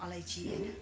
अलैँची